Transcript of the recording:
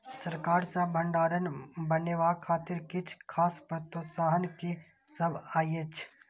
सरकार सँ भण्डार बनेवाक खातिर किछ खास प्रोत्साहन कि सब अइछ?